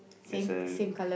there's a